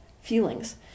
feelings